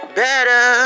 better